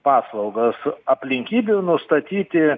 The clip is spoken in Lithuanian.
paslaugos aplinkybių nustatyti